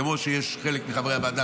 כמו חלק מחברי הוועדה,